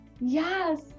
Yes